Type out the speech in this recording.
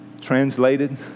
Translated